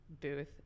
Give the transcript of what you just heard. booth